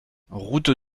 route